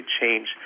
change